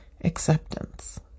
acceptance